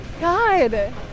god